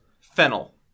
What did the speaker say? Fennel